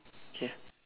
okay